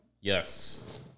Yes